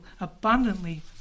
abundantly